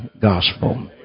gospel